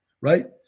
right